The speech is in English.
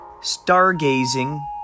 Stargazing